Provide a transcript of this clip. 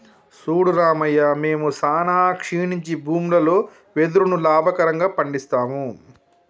సూడు రామయ్య మేము సానా క్షీణించి భూములలో వెదురును లాభకరంగా పండిస్తాము